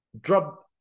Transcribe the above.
drop